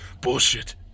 Bullshit